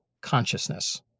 consciousness